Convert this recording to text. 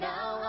Now